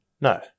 no